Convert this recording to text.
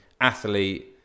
athlete